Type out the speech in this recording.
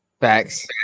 Facts